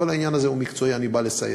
כל העניין הזה מקצועי, אני בא לסייע.